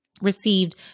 received